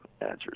answers